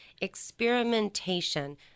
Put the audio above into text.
Experimentation